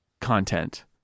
content